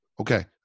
Okay